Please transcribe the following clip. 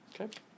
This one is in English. Okay